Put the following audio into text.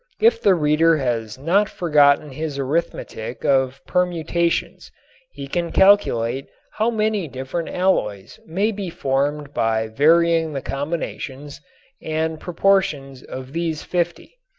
if the reader has not forgotten his arithmetic of permutations he can calculate how many different alloys may be formed by varying the combinations and proportions of these fifty.